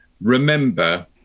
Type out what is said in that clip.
remember